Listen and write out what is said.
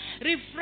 Refresh